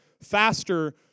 faster